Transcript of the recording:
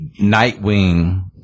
Nightwing